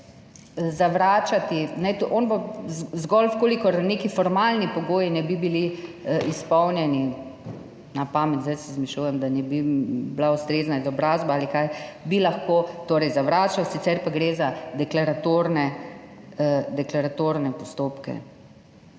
mogel zavračati, on bo zgolj, v kolikor neki formalni pogoji ne bi bili izpolnjeni – na pamet, zdaj si izmišljujem, da ne bi bila ustrezna izobrazba ali kaj – lahko zavračal, sicer pa gre za deklaratorne postopke.